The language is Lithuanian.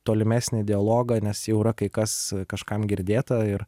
tolimesnį dialogą nes jau yra kai kas kažkam girdėta ir